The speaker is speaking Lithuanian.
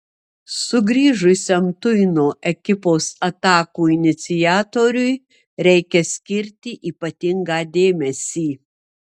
sugrįžusiam tuino ekipos atakų iniciatoriui reikia skirti ypatingą dėmesį